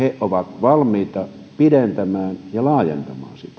ovat valmiita pidentämään ja laajentamaan sitä